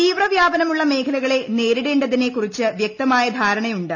തീവ്രവ്യാപനമുള്ള മേഖലകളെ നേരിടേണ്ടതിനെകുറിച്ച് വ്യക്തമായ ധാരണയുണ്ട്